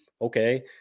Okay